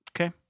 Okay